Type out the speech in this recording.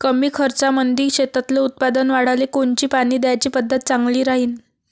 कमी खर्चामंदी शेतातलं उत्पादन वाढाले कोनची पानी द्याची पद्धत चांगली राहीन?